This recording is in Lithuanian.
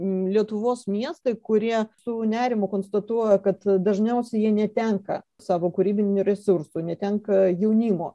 lietuvos miestai kurie su nerimu konstatuoja kad dažniausiai jie netenka savo kūrybinių resursų netenka jaunimo